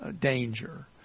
danger